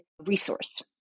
resource